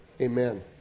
Amen